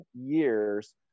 years